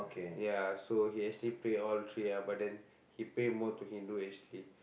ya so he actually pray all three ah but then he pray more to Hindu actually